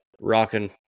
rocking